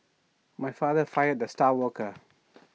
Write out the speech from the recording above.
my father fired the star worker